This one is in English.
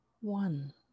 one